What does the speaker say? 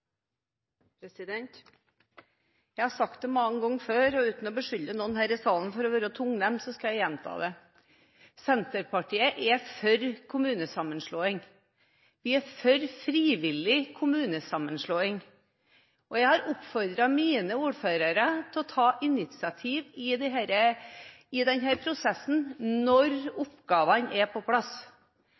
Jeg har sagt det mange ganger før, og uten å ville beskylde noen her i salen for å være tungnem, skal jeg gjenta det: Senterpartiet er for kommunesammenslåing. Vi er for frivillig kommunesammenslåing. Jeg har oppfordret mine ordførere til å ta initiativ i denne prosessen når oppgavene er på plass.